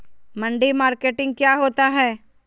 मंडी मार्केटिंग क्या होता है?